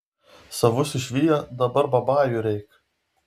savus išvijo dabar babajų reik